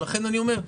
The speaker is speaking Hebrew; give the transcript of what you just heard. לכן אני אומר,